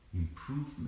improvement